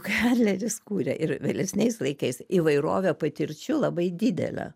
kai adleris kūrė ir vėlesniais laikais įvairovę patirčių labai didelė